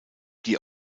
die